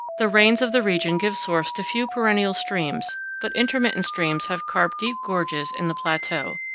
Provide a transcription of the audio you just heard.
the rains of the region give source to few perennial streams, but intermittent streams have carved deep gorges in the plateau,